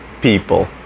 people